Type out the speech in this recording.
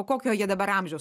o kokio jie dabar amžiaus